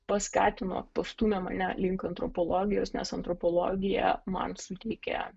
paskatino pastūmė mane link antropologijos nes antropologija man suteikia